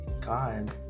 God